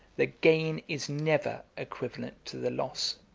the gain is never equivalent to the loss,